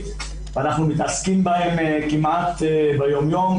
ואנחנו מתעסקים בהם כמעט ביום יום,